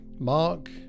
Mark